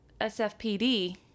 SFPD